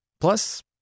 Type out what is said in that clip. Plus